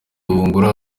bungura